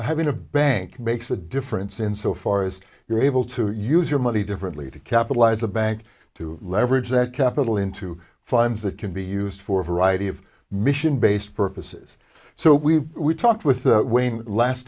having a bank makes a difference in so far as you're able to use your money differently to capitalize a bank to leverage that capital into fines that can be used for a variety of mission based purposes so we we talked with that wayne last